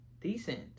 Decent